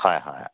হয় হয়